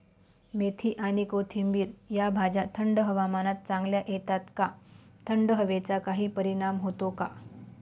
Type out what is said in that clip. मेथी आणि कोथिंबिर या भाज्या थंड हवामानात चांगल्या येतात का? थंड हवेचा काही परिणाम होतो का?